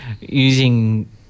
using